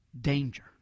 danger